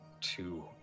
two